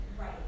Right